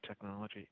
technology